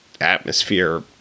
atmosphere